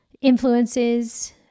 influences